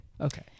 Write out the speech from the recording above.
okay